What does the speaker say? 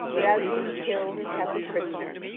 without being killed or kept a prisoner,